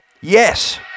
yes